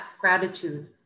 gratitude